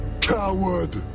Coward